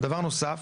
דבר נוסף,